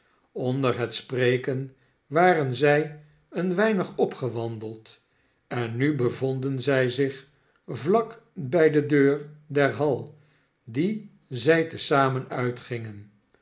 onder het spreken waren zij een weinig opgewandeld en nu bevonden zij zich vlak bij de deur der hall die zij te zamen uitgingen